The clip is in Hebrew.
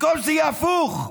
במקום שזה יהיה הפוך.